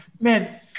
Man